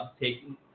taking